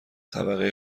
طبقه